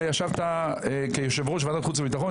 אתה ישבת כיושב ראש ועדת חוץ וביטחון.